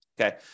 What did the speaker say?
Okay